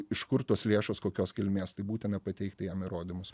iš kur tos lėšos kokios kilmės tai būtina pateikti jam įrodymus